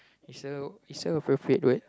is a is a appropriate word